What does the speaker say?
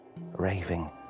raving